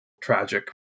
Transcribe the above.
tragic